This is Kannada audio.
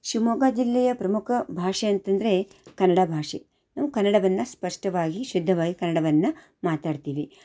ಶಿವಮೊಗ್ಗ ಜಿಲ್ಲೆಯ ಪ್ರಮುಖ ಭಾಷೆ ಅಂತಂದರೆ ಕನ್ನಡ ಭಾಷೆ ನಾವು ಕನ್ನಡವನ್ನ ಸ್ಪಷ್ಟವಾಗಿ ಶುದ್ಧವಾಗಿ ಕನ್ನಡವನ್ನ ಮಾತಾಡ್ತೀವಿ